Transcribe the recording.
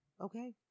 okay